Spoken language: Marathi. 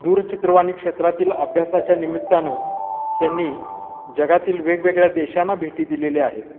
दूरचित्रवाणी क्षेत्रातील अभ्यासाच्या निमित्तानं त्यांनी जगातील वेगवेगळ्या देशांना भेटी दिलेल्या आहेत